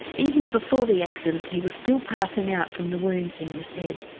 even before the accident he was still passing out from the wounds in his head.